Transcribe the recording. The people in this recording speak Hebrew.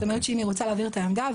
זאת אומרת שאם היא רוצה להעביר את העמדה,